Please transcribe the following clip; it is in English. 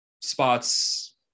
spots